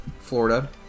Florida